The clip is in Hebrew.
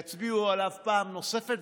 יצביעו עליו פעם נוספות,